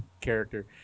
character